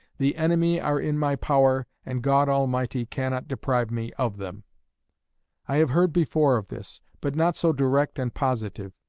the enemy are in my power, and god almighty cannot deprive me of them i have heard before of this, but not so direct and positive.